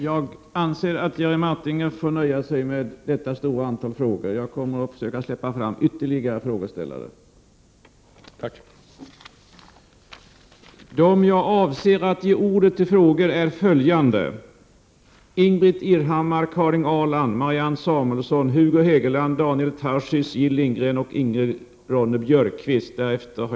Jerry Martinger får nöja sig med de frågor som nu framställts. Jag vill ge ordet till följande ledamöter som anmält sig: Ingbritt Irhammar, Karin Ahrland, Marianne Samuelsson, Hugo Hegeland, Daniel Tarschys, Jill Lindgren och Ingrid Ronne-Björkqvist.